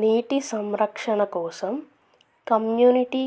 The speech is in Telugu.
నీటి సంరక్షణ కోసం కమ్యూనిటీ